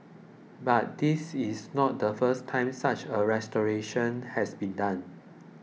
but this is not the first time such a restoration has been done